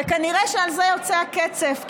וכנראה שעל זה יוצא הקצף,